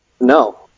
no